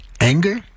Anger